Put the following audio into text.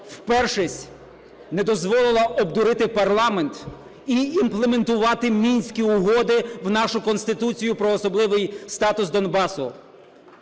впершись, не дозволила обдурити парламент і імплементувати Мінські угоди в нашу Конституцію про особливий статус Донбасу.